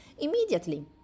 immediately